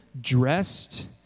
dressed